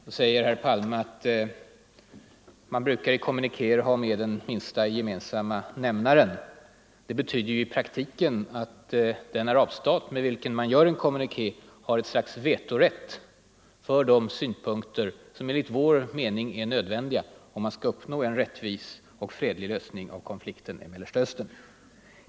Nu säger herr Palme att man i kommunikéer brukar ha med ”den minsta gemensamma nämnaren”. Det betyder ju i praktiken att den arabstat med vilken man utfärdar en kommuniké har ett slags vetorätt mot de synpunkter som enligt vår mening är nödvändiga om man skall uppnå en rättvis och fredlig lösning av konflikten i Mellersta Östern.